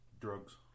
drugs